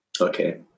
Okay